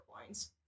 points